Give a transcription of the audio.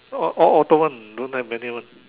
all all auto one don't have manual one